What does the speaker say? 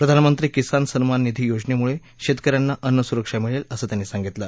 प्रधानमंत्री किसान सन्मान निधी योजनेमुळे शेतक यांना अन्नसुरक्षा मिळेल असं त्यांनी सांगितलं